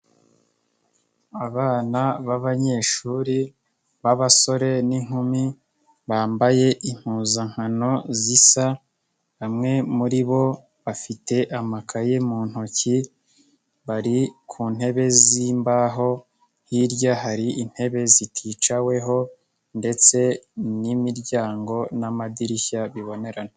Abana b'abanyeshuri b'abasore n'inkumi bambaye impuzankano zisa, bamwe muri bo bafite amakaye mu ntoki bari ku ntebe z'imbaho, hirya hari intebe ziticaweho ndetse n'imiryango n'amadirishya bibonerana.